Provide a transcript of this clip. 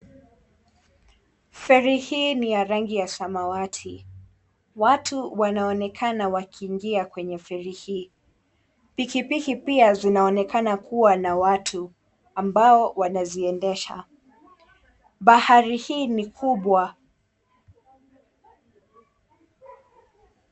Feri hii ni ya rangi ya samawati. Watu wanaonekana wakiingia kwenye feri hii, pikipiki pia zinaonekana kuwa na watu ambao wanaziendesha. Bahari hii ni kubwa.